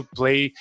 play